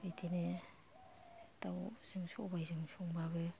बिदिनो दावजों सबाइजों संबाबो